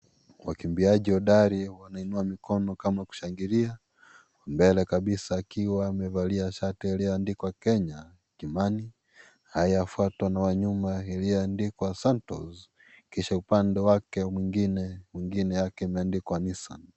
Wakimbiaji hodari wanainua mikono kama kushangilia mbele kabisa akiwa amevalia shati iliyoandikwa Kenya Kimani ayafuatwa na nyuma iliyoandikwa Santoz kisha upande wake mwingine, mwingine yake imeandikwa Nissan.